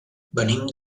venim